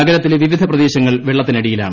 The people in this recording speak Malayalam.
നഗരത്തിലെ വിവിധ പ്രദേശങ്ങൾ വെള്ളത്തിനടിയിലാണ്